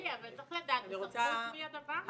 אבל, שלי, צריך לדעת בסמכות מי הדבר הזה.